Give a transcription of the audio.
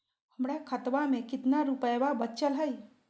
हमर खतवा मे कितना रूपयवा बचल हई?